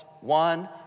One